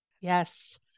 Yes